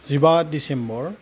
जिबा दिसेम्बर